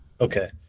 Okay